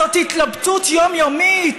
זאת התלבטות יומיומית,